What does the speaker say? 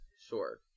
sure